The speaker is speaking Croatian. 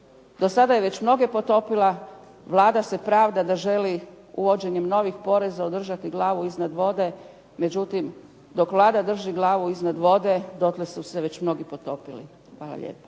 Do sada je već mnoge potopila, Vlada se pravda da želi uvođenjem novih poreza održati glavu iznad vode, međutim dok Vlada drži glavu iznad vode, dotle su se već mnogi potopili. Hvala lijepa.